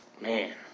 Man